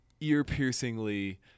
ear-piercingly